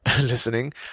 listening